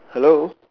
hello